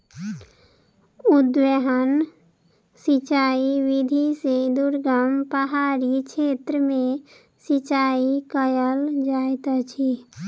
उद्वहन सिचाई विधि से दुर्गम पहाड़ी क्षेत्र में सिचाई कयल जाइत अछि